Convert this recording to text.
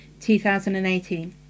2018